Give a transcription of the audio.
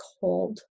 cold